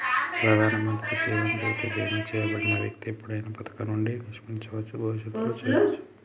ప్రధానమంత్రి జీవన్ జ్యోతి బీమా చేయబడిన వ్యక్తి ఎప్పుడైనా పథకం నుండి నిష్క్రమించవచ్చు, భవిష్యత్తులో చేరొచ్చు